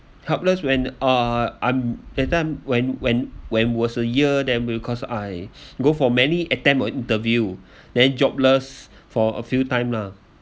helpless when uh that time when when when was a year that will cause I go for many attempt on interview then jobless for a few time lah